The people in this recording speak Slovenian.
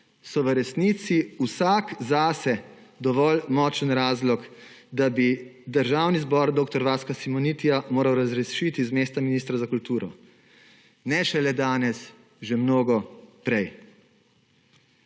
so v resnici vsak zase dovolj močan razlog, da bi Državni zbor dr. Vaska Simonitija moral razrešiti z mesta ministra za kulturo ne šele danes, že mnogo prej.